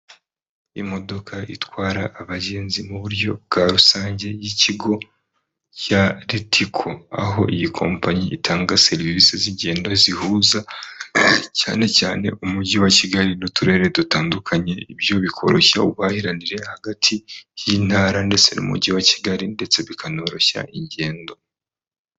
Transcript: Imodoka itwara abagenzi mu buryo bwa rusange y'ikigo ya Litiko. Aho iyi kompanyi itanga serivisi z'ingendo zihuza cyane cyane umujyi wa Kigali n'uturere dutandukanye, ibyo bikoroshya ubuhahiranire hagati y'intara ndetse n'umujyi wa Kigali ndetse bikanoroshya ingendo.